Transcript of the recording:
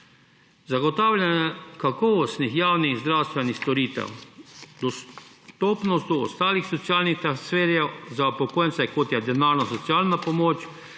zagotavljanje kakovostnih javnih zdravstvenih storitev, dostopnost do ostalih socialnih transferjev za upokojence, kot je denarno-socialna pomoč,